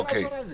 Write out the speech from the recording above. למה לאסור על זה?